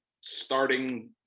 starting